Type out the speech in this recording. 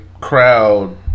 crowd